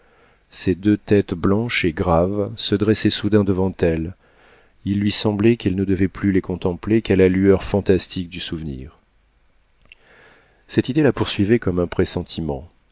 ces deux têtes blanches et graves se dressaient soudain devant elle il lui semblait qu'elle ne devait plus les contempler qu'à la lueur fantastique du souvenir cette idée la poursuivait comme un pressentiment